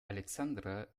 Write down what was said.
alexandra